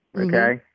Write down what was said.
okay